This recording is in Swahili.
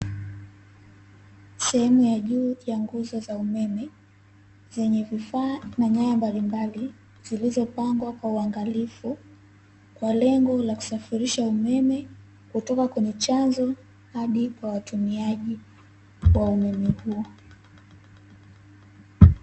Sehemu ya juu ya nguzo za umeme zenye vifaa na nyaya mbalimbali zilizopangwa kwa uangalifu kwa lengo la kusafirisha umeme kutoka kwenye chanzo hadi kwa watumiaji ambao wa umeme huo.